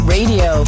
Radio